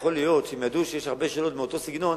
יכול להיות שהם ידעו שיש הרבה שאלות מאותו סגנון,